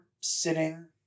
sitting